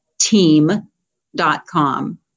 team.com